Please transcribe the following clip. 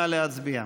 נא להצביע.